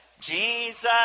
Jesus